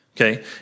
Okay